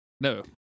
no